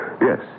yes